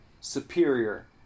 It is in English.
Superior